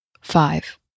five